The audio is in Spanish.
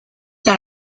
las